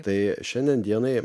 tai šiandien dienai